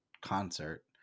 concert